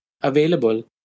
available